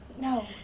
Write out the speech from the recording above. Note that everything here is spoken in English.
No